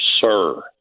sir